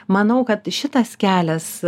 manau kad šitas kelias